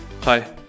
Hi